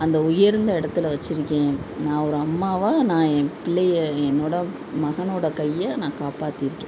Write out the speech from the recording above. அந்த உயர்ந்த இடத்துல வச்சுருக்கேன் நான் ஒரு அம்மாவாக நான் என் பிள்ளையை என்னோடய மகனோடய கையை நான் காப்பாற்றிருக்கேன்